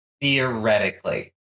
Theoretically